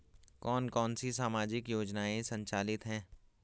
कौन कौनसी सामाजिक योजनाएँ संचालित है?